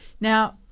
Now